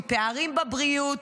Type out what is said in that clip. עם פערים בבריאות.